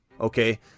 Okay